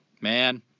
man